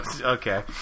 Okay